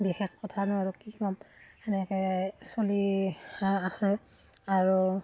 বিশেষ কথানো কি ক'ম সেনেকৈয়ে চলি আছে আৰু